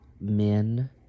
Men